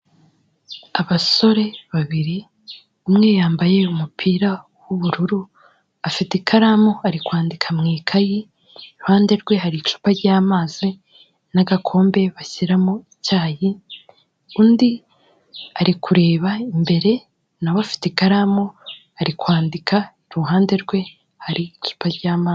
Abasore babiri, umwe yambaye umupira w'ubururu, afite ikaramu ari kwandika mu ikayi, iruhande rwe hari icupa ry'amazi n'agakombe bashyiramo icyayi, undi ari kureba imbere, na we afite ikaramu ari kwandika, iruhande rwe hari icupa ry'amazi.